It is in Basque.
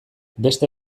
beste